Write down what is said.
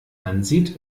ansieht